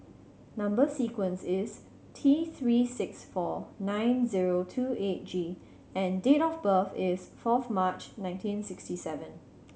number sequence is T Three six four nine zero two eight G and date of birth is fourth March nineteen sixty seven